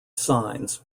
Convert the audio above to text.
signs